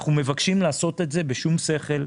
אנחנו מבקשים לעשות את זה בשום שכל,